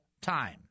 time